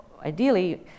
ideally